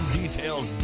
details